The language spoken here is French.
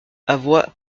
avoit